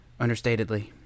understatedly